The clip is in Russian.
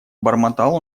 бормотал